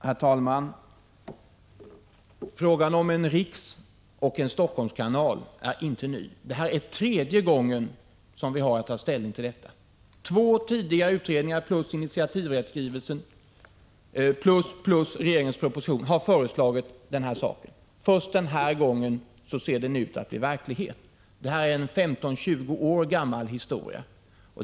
Herr talman! Frågan om en riksoch en Helsingforsskanal är inte ny. Det här är tredje gången vi har att ta ställning till den — två tidigare utredningar plus regeringens proposition har föreslagit detta. Först den här gången ser 43 tanken ut att bli verklighet. Detta är en historia som är 15-20 år gammal.